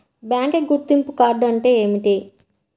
Bank గుర్తింపు card అంటే ఏమిటి?